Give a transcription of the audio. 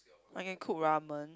I can cook ramen